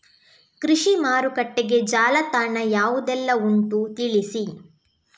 ಕೃಷಿ ಮಾರುಕಟ್ಟೆಗೆ ಜಾಲತಾಣ ಯಾವುದೆಲ್ಲ ಉಂಟು ತಿಳಿಸಿ